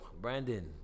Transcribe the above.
Brandon